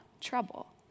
trouble